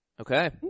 Okay